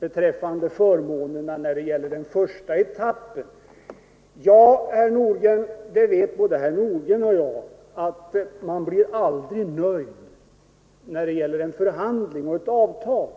beträffande förmånerna när det gäller den första etappen. Både herr Nordgren och jag vet att man aldrig är nöjd med en förhandling och ett avtal.